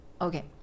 Okay